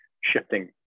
shifting